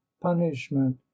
punishment